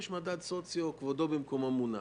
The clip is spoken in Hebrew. יש מדד סוציו, כבודו במקומו מונח.